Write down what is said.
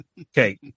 Okay